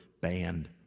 banned